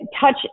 touch